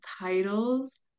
titles